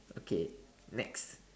okay next